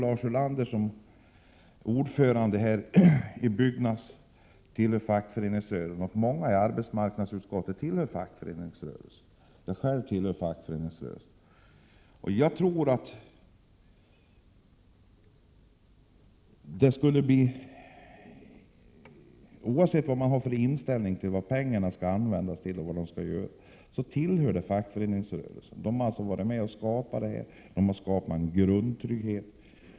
Lars Ulander, som är ordförande i Byggnads, tillhör fackföreningsrörelsen, och många ledamöter som sitter i arbetsmarknadsutskottet tillhör fackföreningsrörelsen. Jag själv tillhör också fackföreningsrörelsen. Oavsett vad man har för inställning till vad pengarna skall användas till tillhör de fackföreningsrörelsen. Den har varit med och skapat fonderna och en grundtrygghet.